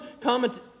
comment